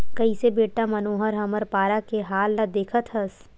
कइसे बेटा मनोहर हमर पारा के हाल ल देखत हस